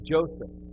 Joseph